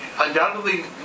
undoubtedly